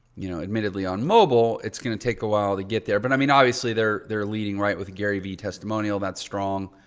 you know, admittedly on mobile, it's going to take awhile to get there. but i mean, obviously they're they're leading right with gary vee testimonial that's strong.